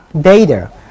data